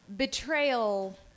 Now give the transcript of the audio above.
Betrayal